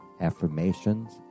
affirmations